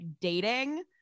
dating